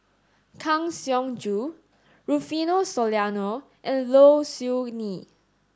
Kang Siong Joo Rufino Soliano and Low Siew Nghee